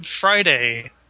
Friday